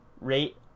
rate